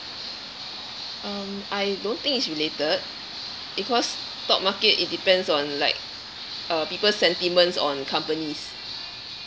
um I don't think it's related because stock market it depends on like uh people's sentiments on companies